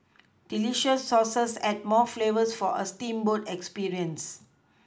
delicious sauces add more flavours for a steamboat experience